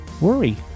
worry